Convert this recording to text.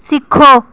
सिक्खो